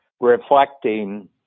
reflecting